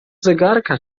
zegarka